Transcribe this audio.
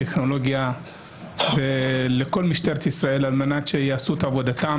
טכנולוגיה לכל משטרת ישראל על מנת שתעשה את עבודתה.